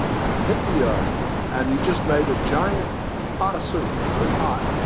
and it hit the earth and you just made a giant pot of soup, it's very hot,